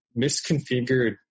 misconfigured